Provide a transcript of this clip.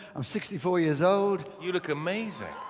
i'm sixty four years old. you look amazing